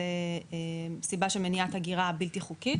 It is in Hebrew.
זו סיבה של מניעת הגירה בלתי חוקית.